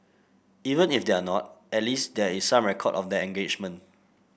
even if they're not at least there is some record of their engagement